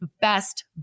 best